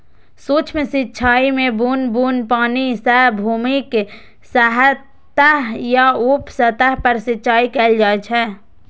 सूक्ष्म सिंचाइ मे बुन्न बुन्न पानि सं भूमिक सतह या उप सतह पर सिंचाइ कैल जाइ छै